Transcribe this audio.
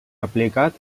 aplicat